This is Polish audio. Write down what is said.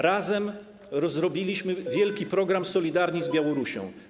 Razem zrobiliśmy wielki program ˝Solidarni z Białorusią˝